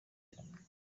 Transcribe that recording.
cyane